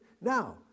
Now